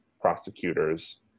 prosecutors